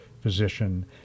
physician